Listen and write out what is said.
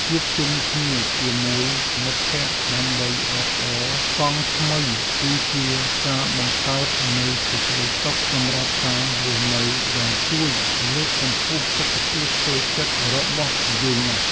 ជួបជុំគ្នាជាមួយមិត្តភក្តិដើម្បីអបអរកង់ថ្មីគឺជាការបង្កើតនូវសេចក្ដីសុខសម្រាប់ការរស់នៅដែលជួយលើកកម្ពស់សុខភាពផ្លូវចិត្តរបស់យើងណាស់។